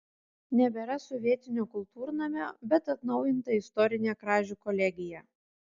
nebėra sovietinio kultūrnamio bet atnaujinta istorinė kražių kolegija